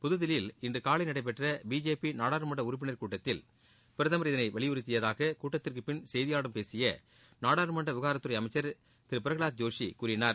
புதுதில்லியில் இன்று காலை நடைபெற்ற பிஜேபி நாடாளுமன்ற உறுப்பினர்கள் கூட்டத்தில் பிரதமர் இதனை வலியுறுத்தியதாக கூட்டத்திற்குப் பின் செய்தியாளர்களிடம் பேசிய நாடாளுமன்ற விவகாரத்துறை அமைச்சர் திரு பிரகலாத் ஜோஷி கூறினார்